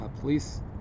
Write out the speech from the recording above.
police